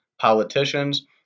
politicians